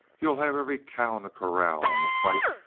you'll have every cow in the corral on the fight.